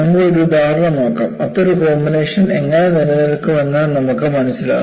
നമുക്ക് ഒരു ഉദാഹരണം നോക്കാം അത്തരമൊരു കോമ്പിനേഷൻ എങ്ങനെ നിലനിൽക്കുന്നുവെന്ന് നമുക്ക് മനസ്സിലാകും